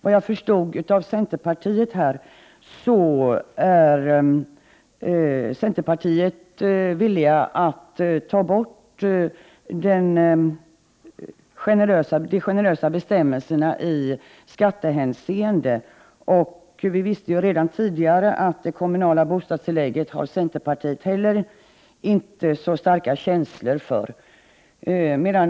Vad jag förstod av centerpartiet är de villiga att ta bort de generösa bestämmelserna i skattehänseende, och vi visste redan tidigare att centerpartiet heller inte har så starka känslor för det kommunala bostadstillägget.